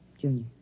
Junior